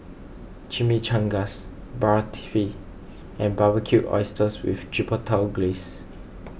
Chimichangas Barfi and Barbecued Oysters with Chipotle Glaze